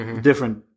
different